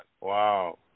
Wow